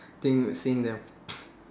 thing seeing them